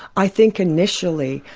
i think initially,